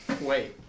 wait